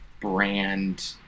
brand